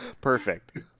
Perfect